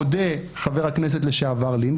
מודה חבר הכנסת לשעבר לין,